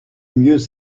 mieux